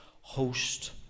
host